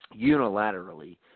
unilaterally